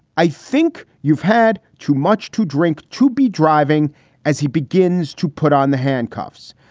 i think you've had too much to drink to be driving as he begins to put on the handcuffs,